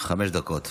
חמש דקות.